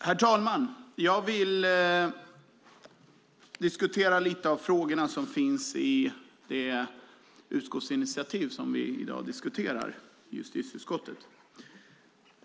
Herr talman! Jag vill ta upp några av de frågor som finns i det utskottsinitiativ i justitieutskottet som vi nu diskuterar.